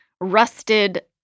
rusted